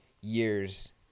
years